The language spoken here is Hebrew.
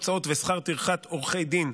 הוצאות ושכר טרחת עורכי דין,